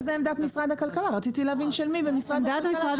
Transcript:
אבל היא אמרה שזאת עמדת משרד הכלכלה ורציתי להבין של מי במשרד הכלכלה.